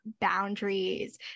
boundaries